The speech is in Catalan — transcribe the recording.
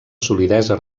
solidesa